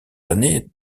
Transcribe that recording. années